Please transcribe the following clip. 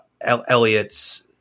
Elliot's